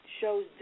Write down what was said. shows